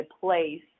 place